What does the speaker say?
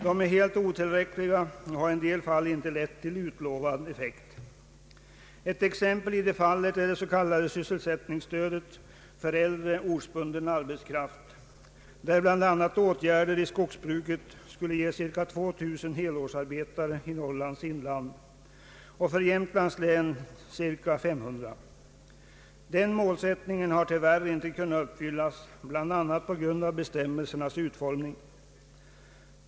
De är helt otillräckliga och har i en del fall inte lett till utlovad effekt. Ett exempel i det fallet är det s.k. sysselsättningsstödet för äldre ortsbunden arbetskraft, där bl.a. åtgärder i skogsbruket skulle ge cirka 2 000 helårsarbetare i Norrlands inland och för Jämtlands län cirka 500. Denna målsättning har tyvärr inte kunnat uppfyllas bl.a. på grund av bestämmelsernas utformning.